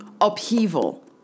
upheaval